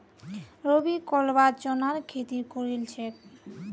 रवि कलवा चनार खेती करील छेक